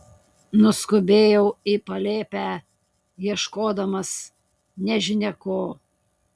nuskubėjau į palėpę ieškodamas nežinia ko